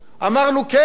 אמרנו, כן,